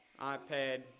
iPad